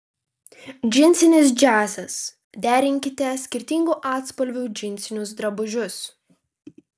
džinsinis džiazas derinkite skirtingų atspalvių džinsinius drabužius